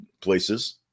places